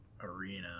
Arena